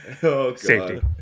Safety